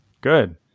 good